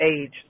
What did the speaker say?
age